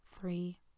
three